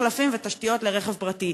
מחלפים ותשתיות לרכב פרטי.